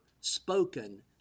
spoken